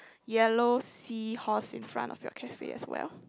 yellow seahorse in front of your cafe as well